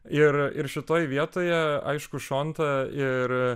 ir ir šitoj vietoje aišku šonta ir